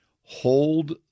Hold